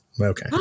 Okay